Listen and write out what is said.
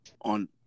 on